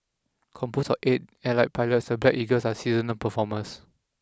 composed of eight elite pilots the Black Eagles are seasoned performers